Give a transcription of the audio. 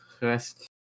rest